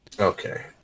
Okay